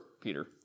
Peter